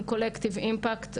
ובאופן כללי להגיד,